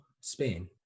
Spain